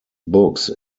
books